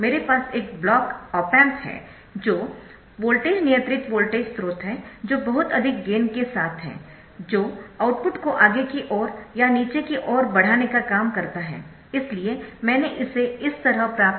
मेरे पास एक ब्लॉक ऑप एम्प है जो वोल्टेज नियंत्रित वोल्टेज स्रोत है जो बहुत अधिक गेन के साथ है जो आउटपुट को आगे की ओर या नीचे की ओर बढ़ाने का काम करता है इसलिए मैंने इसे इस तरह प्राप्त किया है